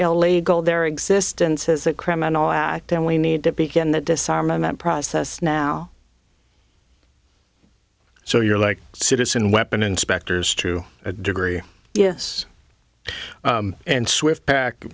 gold their existence is a criminal act and we need to begin the disarmament process now so you're like citizen weapon inspectors to a degree yes and swift back